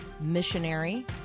missionary